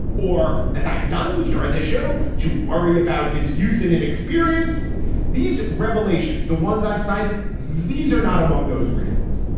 or as i have done here on this show, to worry about his youth and inexperience these revelations, the ones i've cited, these are not among those reasons.